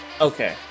Okay